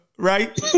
Right